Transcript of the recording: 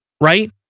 right